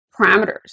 parameters